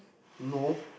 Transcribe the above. no